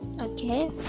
okay